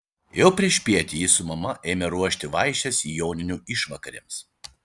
jau priešpiet ji su mama ėmė ruošti vaišes joninių išvakarėms